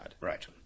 Right